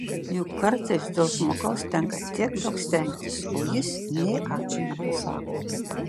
juk kartais dėl žmogaus tenka tiek daug stengtis o jis nė ačiū nepasako